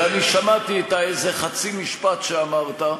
ואני שמעתי את האיזה-חצי-משפט שאמרת.